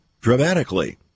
dramatically